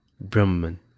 Brahman